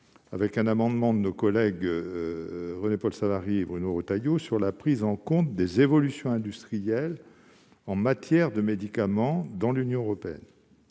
Un amendement de nos collègues René-Paul Savary et Bruno Retailleau visera à prendre en compte les évolutions industrielles en matière de médicaments dans l'Union européenne.